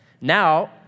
Now